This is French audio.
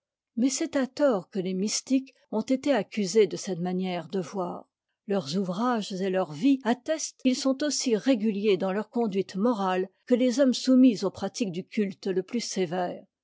mais c'est à tort que les mystiques ont été accusés de cette manière de voir leurs ouvrages et leur vie attestent qu'ils sont aussi réguliers dans leur conduite morale que les hommes soumis aux pratiques du culte le plus sévère